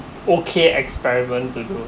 okay experiment to do